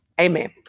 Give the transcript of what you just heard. Amen